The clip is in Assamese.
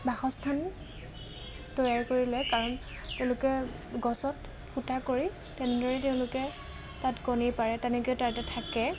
বাসস্থান তৈয়াৰ কৰি লয় কাৰণ তেওঁলোকে গছত ফুটা কৰি তেনেদৰে তেওঁলোকে তাত কণী পাৰে তেনেকে তাতে থাকে